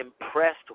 impressed